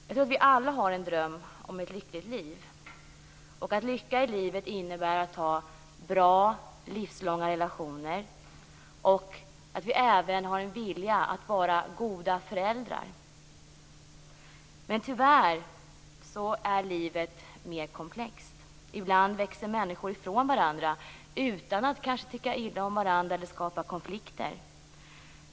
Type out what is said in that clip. Jag tror att vi alla har en dröm om ett lyckligt liv och att lycka i livet innebär att ha bra, livslånga relationer. Jag tror också att vi även har en vilja att vara goda föräldrar. Men tyvärr är livet mer komplext. Ibland växer människor ifrån varandra utan att kanske tycka illa om varandra eller skapa konflikter.